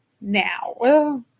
now